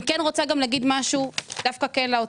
אני רוצה להגיד משהו לאוצר.